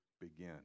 begin